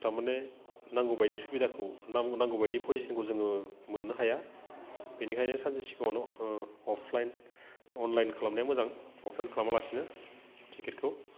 थारमाने नांगौबायदि सुबिदाखौ नां नांगौबादि पजिसनखौ जोङो मोननो हाया बेनिखायनो सानसे सिगाङावनो अफलाइन अनलाइन खालामनाया मोजां अफलाइन खालामालासिनो टिकेटखौ